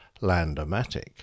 Landomatic